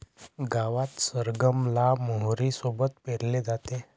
गावात सरगम ला मोहरी सोबत पेरले जाते